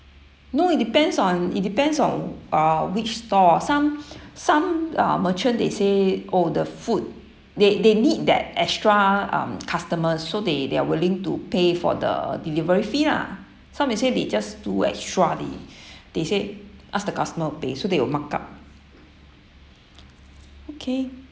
no it depends on it depends on uh which store some some uh merchant they say oh the food they they need that extra um customers so they they are willing to pay for the delivery fee lah some they say they just do extra leh they said ask the customer to pay so they will mark up okay